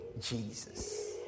Jesus